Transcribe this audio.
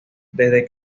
desde